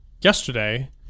yesterday